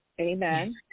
Amen